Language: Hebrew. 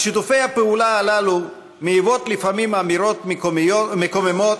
על שיתופי הפעולה הללו מעיבות לפעמים אמירות מקוממות